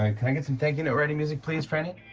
i get some thank you note writing music, please, frannie?